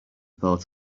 thought